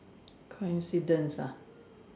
coincidence ah